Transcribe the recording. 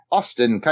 Austin